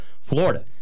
Florida